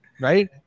Right